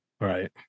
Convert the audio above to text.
Right